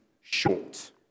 short